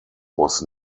was